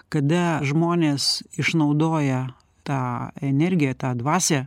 kada žmonės išnaudoja tą energiją tą dvasią